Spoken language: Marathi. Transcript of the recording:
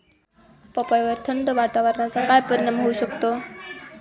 पपईवर थंड वातावरणाचा काय परिणाम होऊ शकतो?